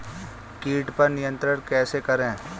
कीट पर नियंत्रण कैसे करें?